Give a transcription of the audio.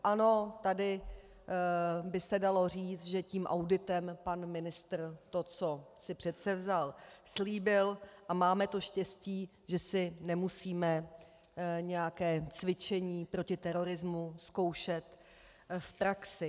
Ano, tady by se dalo říct, že tím auditem pan ministr to, co si předsevzal, slíbil a máme to štěstí, že si nemusíme nějaké cvičení proti terorismu zkoušet v praxi.